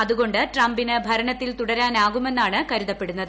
അതുകൊണ്ട് ട്രംപിന് ഭരണത്തിൽ തുടരാനാകുമെന്നാണ് കരുതപ്പെടുന്നത്